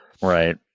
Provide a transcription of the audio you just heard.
Right